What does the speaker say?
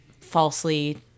falsely